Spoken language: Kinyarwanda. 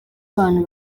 abantu